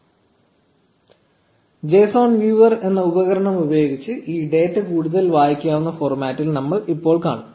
0949 Json viewer എന്ന ഉപകരണം ഉപയോഗിച്ച് ഈ ഡാറ്റ കൂടുതൽ വായിക്കാവുന്ന ഫോർമാറ്റിൽ നമ്മൾ ഇപ്പോൾ കാണും